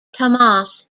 tomas